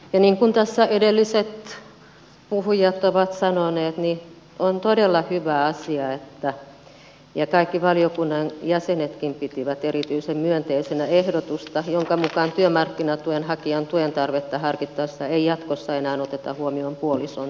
niin kuin tässä edelliset puhujat ovat sanoneet on todella hyvä asia ja kaikki valiokunnan jäsenetkin pitivät erityisen myönteisenä ehdotusta jonka mukaan työmarkkinatuen hakijan tuen tarvetta harkittaessa ei jatkossa enää oteta huomioon puolison tuloja